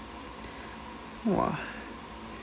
!wah!